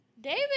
David